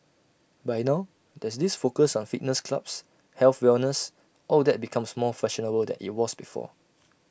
but now there's this focus on fitness clubs health wellness all that becomes more fashionable than IT was before